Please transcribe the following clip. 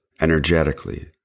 energetically